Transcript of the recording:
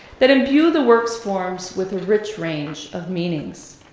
that imbued the works' forms with rich range of meanings.